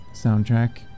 soundtrack